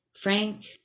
Frank